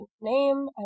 name